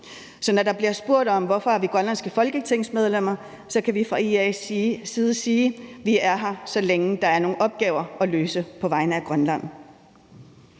Så når der bliver spurgt om, hvorfor vi er grønlandske folketingsmedlemmer, så kan vi fra IA's side sige, at vi er her, så længe der er nogle opgaver at løse på vegne af Grønland.